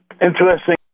interesting